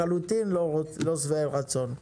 לחלוטין לא שבעי רצון.